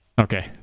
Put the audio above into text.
Okay